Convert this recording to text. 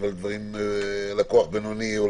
זה ללקוח בינוני.